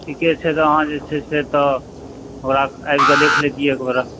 ठीके छै तऽ आहाँ जे छै से तऽ ओकरा आबि कऽ देखि लेतियै एकबेरा